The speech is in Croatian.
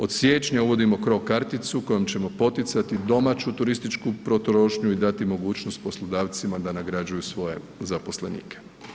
Od siječnja uvodimo CRO karticu kojom ćemo poticati domaću turističku potrošnju i dati mogućnost poslodavcima da nagrađuju svoje zaposlenike.